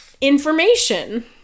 information